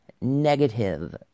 negative